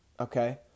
Okay